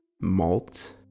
malt